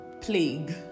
plague